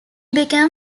became